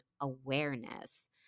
awareness